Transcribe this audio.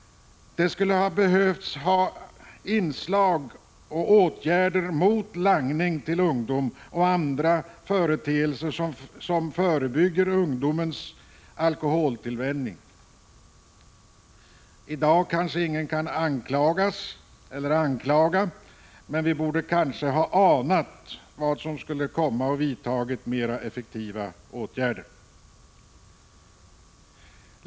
Det skulle ha behövts åtgärder mot langning till ungdom och andra åtgärder som förebygger ungdomens alkoholtillvänjning. I dag kan ingen anklaga eller anklagas, men vi borde kanske ha anat vad som skulle komma och vidtagit mer effektiva åtgärder.